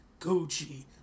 Gucci